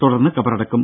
തുടർന്ന് കബറടക്കും